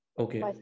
Okay